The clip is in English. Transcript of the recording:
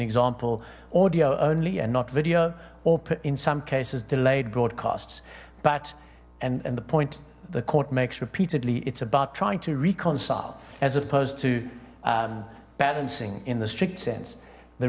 example audio only and not video or in some cases delayed broadcasts but and and the point the court makes repeatedly it's about trying to reconcile as opposed to balancing in the strict sense the